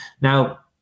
Now